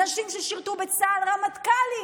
אנשים ששירתו בצה"ל, רמטכ"לים,